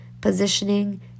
positioning